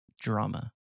drama